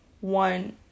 one